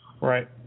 Right